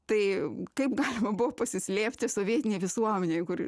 tai kaip galima buvo pasislėpti sovietinėj visuomenėj kur